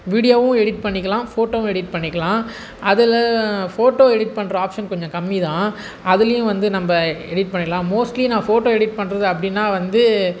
வீடியோவும் எடிட் பண்ணிக்கிலாம் ஃபோட்டோவும் எடிட் பண்ணிக்கிலாம் அதில் ஃபோட்டோ எடிட் பண்ணுற ஆப்ஷன் கொஞ்சம் கம்மி தான் அதுலேயும் வந்து நம்ம எடிட் பண்ணிக்கிலாம் மோஸ்ட்லி நான் ஃபோட்டோ எடிட் பண்ணுறது அப்படின்னா வந்து